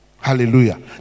hallelujah